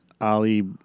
Ali